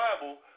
Bible